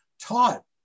taught